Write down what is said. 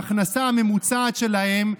ההכנסה הממוצעת שלהם,